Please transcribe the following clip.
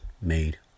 made